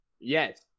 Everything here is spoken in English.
Yes